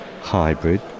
hybrid